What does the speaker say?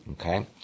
Okay